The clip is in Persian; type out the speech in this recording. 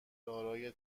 دارای